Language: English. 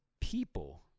people